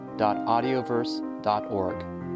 audioverse.org